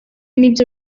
nibyo